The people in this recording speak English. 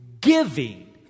giving